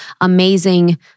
amazing